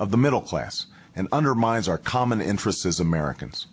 of the middle class and undermines our common interests as americans